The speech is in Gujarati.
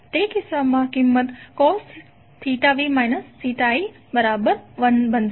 તે કિસ્સામાં કિંમત cos v i 1 થશે